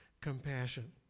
compassion